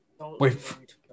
Wait